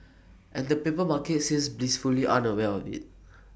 and the paper market seems blissfully unaware of IT